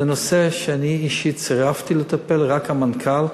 זה נושא שאני אישית סירבתי לטפל בו, רק המנכ"ל.